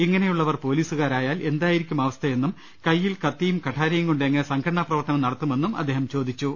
ഇങ്ങനെയുള്ളവർ പൊലീസുകാരായാൽ എന്തായിരിക്കും അവസ്ഥയെന്നും കയ്യിൽ കത്തിയും കഠാരയും കൊണ്ട് എങ്ങനെ സംഘടന പ്രവർത്തനം നടത്തുമെന്നും അദ്ദേഹം ചോദിച്ചു